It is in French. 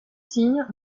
signes